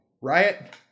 Riot